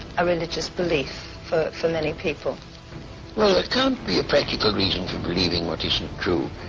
a? religious belief for for many people well it can't be a practical reason for believing what isn't true?